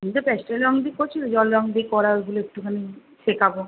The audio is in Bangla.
তুমি তো প্যাস্টেল রঙ দিয়ে করছিলে জল রঙ দিয়ে করা ওইগুলো একটুখানি শেখাবো